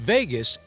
Vegas